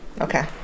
Okay